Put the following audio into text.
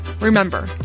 Remember